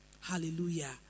Hallelujah